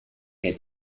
que